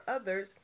Others